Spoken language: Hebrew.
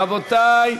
רבותי,